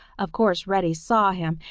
of course reddy saw him,